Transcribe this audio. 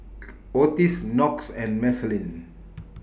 Otis Knox and Marceline